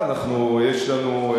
לא, אנחנו, יש לנו,